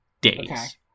days